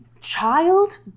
Child